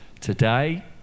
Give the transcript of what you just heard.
today